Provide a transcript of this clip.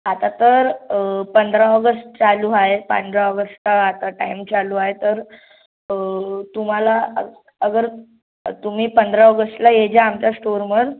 आता तर पंधरा ऑगस्ट चालू आहे पंधरा ऑगस्टचा आता टाईम चालू आहे तर तुम्हाला अग अगर तुम्ही पंधरा ऑगस्टला येजा आमच्या स्टोअरवर